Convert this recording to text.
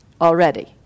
already